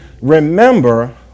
Remember